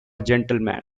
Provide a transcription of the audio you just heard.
gentleman